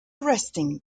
resting